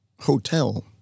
Hotel